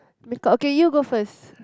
make-up okay you go first